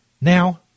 Now